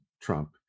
Trump